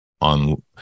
on